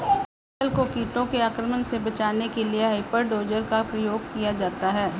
फसल को कीटों के आक्रमण से बचाने के लिए हॉपर डोजर का प्रयोग किया जाता है